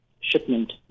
shipment